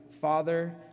Father